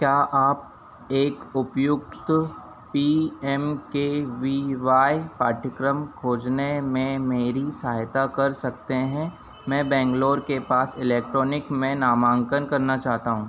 क्या आप एक उपयुक्त P M K V Y पाठ्यक्रम खोजने में मेरी सहायता कर सकते हैं मैं बैंगलोर के पास इलेक्ट्रॉनिक में नामान्कन करना चाहता हूँ